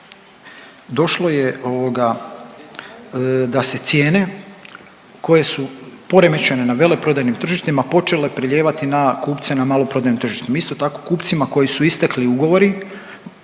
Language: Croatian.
došlo je da se cijene koje su poremećene na veleprodajnim tržištima počele prelijevati na kupce na maloprodajnim tržištima. Isto tako, kupcima kojima su istekli ugovori